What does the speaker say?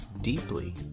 deeply